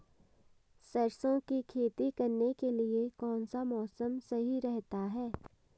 सरसों की खेती करने के लिए कौनसा मौसम सही रहता है?